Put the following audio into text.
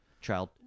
child